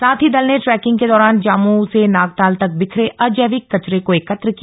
साथ ही दल ने ट्रैकिंग के दौरान जामू से नागताल तक बिखरे अजैविक कचरे को एकत्र किया